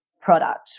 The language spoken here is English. product